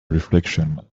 reflection